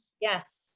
Yes